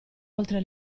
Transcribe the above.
oltre